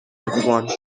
everyone